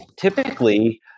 typically